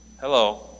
Hello